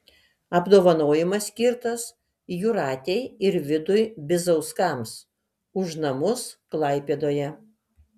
apdovanojimas skirtas jūratei ir vidui bizauskams už namus klaipėdoje